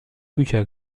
bücher